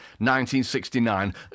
1969